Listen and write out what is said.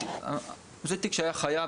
זה תיק שהיה חייב,